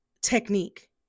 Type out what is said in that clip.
technique